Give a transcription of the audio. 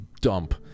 dump